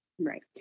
Right